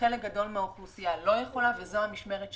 חלק גדול מהאוכלוסייה לא יכולה ואנחנו צריכים לדאוג לזה במשמרת שלנו.